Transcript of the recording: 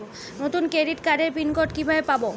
নতুন ক্রেডিট কার্ডের pin code কিভাবে পাব?